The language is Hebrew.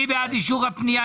מי בעד אישור הפנייה?